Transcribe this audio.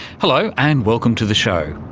hello and welcome to the show,